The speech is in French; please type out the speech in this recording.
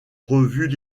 revues